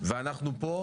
ואנחנו פה,